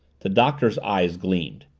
the doctor's eyes gleamed.